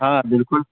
ہاں بالکل